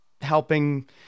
helping